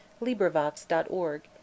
LibriVox.org